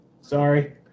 sorry